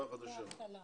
בשעה